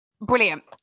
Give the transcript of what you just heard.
Brilliant